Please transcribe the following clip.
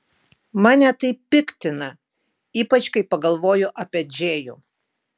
mane tai piktina ypač kai pagalvoju apie džėjų